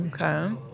Okay